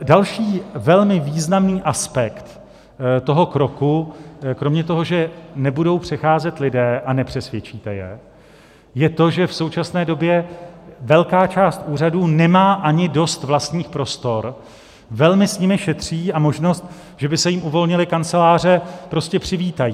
Další velmi významný aspekt toho kroku, kromě toho, že nebudou přecházet lidé a nepřesvědčíte je, je to, že v současné době velká část úřadů nemá ani dost vlastních prostor, velmi s nimi šetří, a možnost, že by se jim uvolnily kanceláře, velmi přivítají.